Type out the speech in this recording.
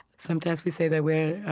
sometimes we say that we're